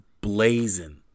blazing